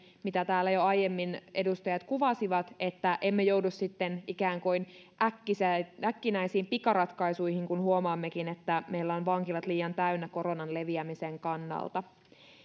mitä täällä jo aiemmin edustajat kuvasivat että emme joudu sitten ikään kuin äkkinäisiin äkkinäisiin pikaratkaisuihin kun huomaammekin että meillä on vankilat liian täynnä koronan leviämisen kannalta